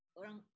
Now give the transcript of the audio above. orang